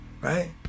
right